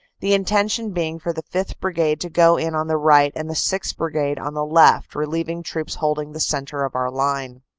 the intention being for the fifth. brigade to go in on the right and the sixth. brigade on the left, relieving troops holding the centre of our line.